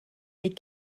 les